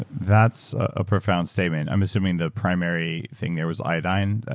ah that's a profound statement. i'm assuming the primary thing there was iodine?